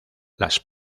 las